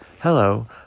Hello